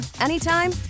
anytime